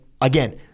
again